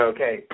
Okay